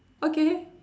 okay